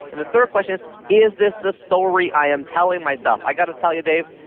and the third question is, is this the story i am telling myself? i got to tell you, dave.